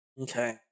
Okay